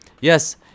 Yes